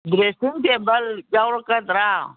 dressing table ꯌꯥꯎꯔꯛꯀꯗ꯭ꯔꯥ